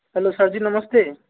hello sir ji नमस्ते